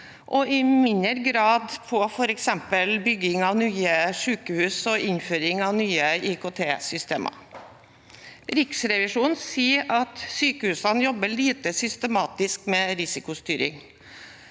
og i mindre grad på f.eks. bygging av nye sykehus og innføring av nye IKT-systemer. Riksrevisjonen sier at sykehusene jobber lite systematisk med risikostyring,